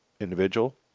individual